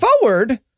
forward